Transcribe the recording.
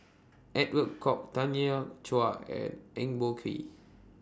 Edwin Koek Tanya Chua and Eng Boh Kee